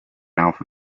alpha